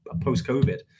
post-covid